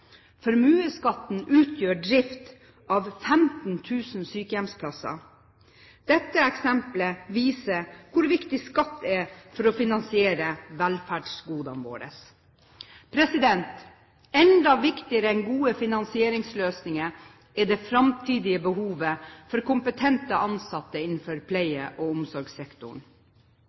Formuesskatten utgjør drift av 15 000 sykehjemsplasser. Dette eksemplet viser hvor viktig skatt er for å finansiere velferdsgodene våre. Enda viktigere enn gode finansieringsløsninger er det framtidige behovet for kompetente ansatte innenfor pleie- og omsorgssektoren.